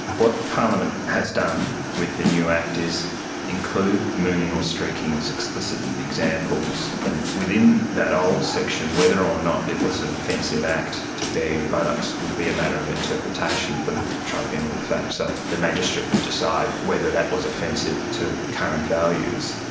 what parliament has done with the new act is include mooning or streaking as explicit examples, and within that old section, whether or not it was an offensive act to bear your buttocks would be a matter of interpretation for the tribunal. so the magistrate would decide whether that was offensive to current values.